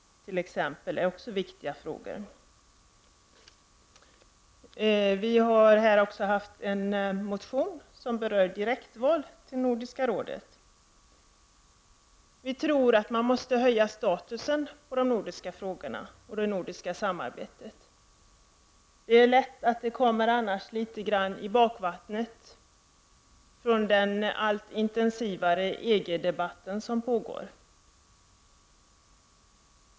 Miljöpartiet står bakom en motion som berör direktval till Nordiska rådet. Vi tror att statusen för de nordiska frågorna och det nordiska samarbetet måste höjas. Det finns annars risk för att dessa frågor hamnar i bakvattnet efter den pågående allt intensivare EG-debatten.